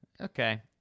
Okay